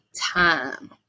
time